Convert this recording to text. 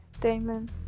Damon